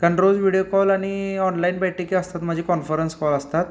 कारण रोज video call आणि ऑनलाईन बैठकी असतात माझी कॉन्फरन्स कॉल असतात